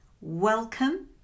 Welcome